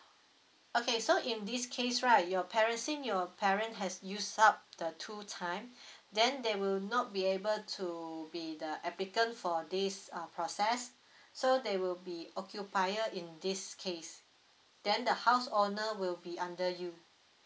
okay so in this case right your parents since your parent has use up the two time then they will not be able to be the applicant for this uh process so they will be occupier in this case then the house owner will be under you